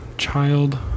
child